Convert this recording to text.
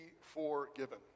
forgiven